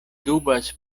dubas